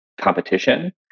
competition